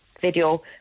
video